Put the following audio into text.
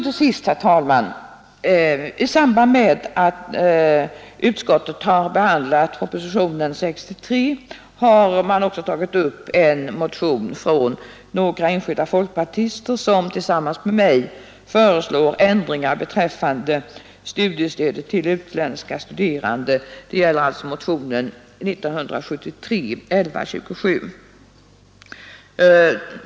Till sist, herr talman, vill jag påpeka att utskottet i samband med behandlingen av propositionen 63 har tagit upp en motion av några enskilda folkpartister, som tillsammans med mig föreslår ändringar beträffande studiestödet till utländska studerande. Jag avser motionen 1127 år 1973.